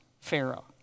Pharaoh